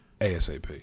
ASAP